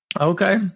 Okay